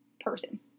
person